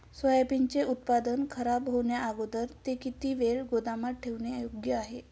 सोयाबीनचे उत्पादन खराब होण्याअगोदर ते किती वेळ गोदामात ठेवणे योग्य आहे?